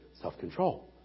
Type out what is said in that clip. self-control